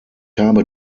habe